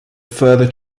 further